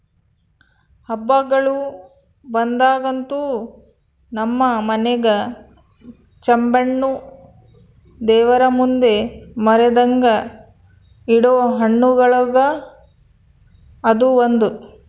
ಹಬ್ಬಗಳು ಬಂದಾಗಂತೂ ನಮ್ಮ ಮನೆಗ ಜಾಂಬೆಣ್ಣು ದೇವರಮುಂದೆ ಮರೆದಂಗ ಇಡೊ ಹಣ್ಣುಗಳುಗ ಅದು ಒಂದು